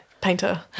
painter